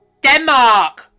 Denmark